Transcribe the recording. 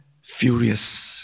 furious